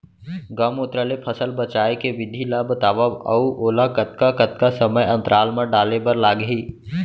गौमूत्र ले फसल बचाए के विधि ला बतावव अऊ ओला कतका कतका समय अंतराल मा डाले बर लागही?